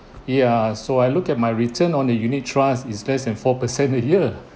ya so I look at my return on the unit trust it's less than four percent a year